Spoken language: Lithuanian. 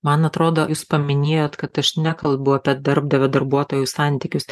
man atrodo jūs paminėjot kad aš nekalbu apie darbdavio darbuotojų santykius